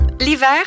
L'hiver